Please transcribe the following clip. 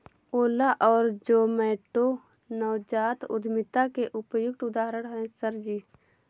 ओला और जोमैटो नवजात उद्यमिता के उपयुक्त उदाहरण है सर जी